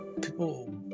people